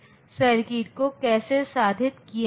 अब इस सर्किट को कैसे साधित किया जाए